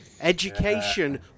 Education